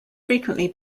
frequently